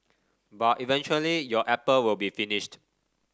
but eventually your apple will be finished